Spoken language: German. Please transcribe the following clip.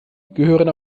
gehören